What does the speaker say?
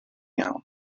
iawn